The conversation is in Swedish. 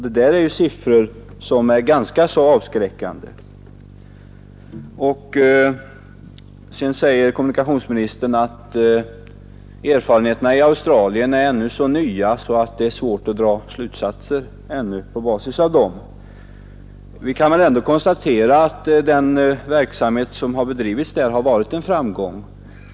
Dessa siffror är ganska avskräckande. Kommunikationsministern säger att bestämmelserna i Australien varit i kraft under så kort tid att några erfarenheter ännu inte kunnat göras och att det därför är svårt att dra några slutsatser. Vi kan väl ändå konstatera, att den verksamhet man där bedrivit varit framgångsrik.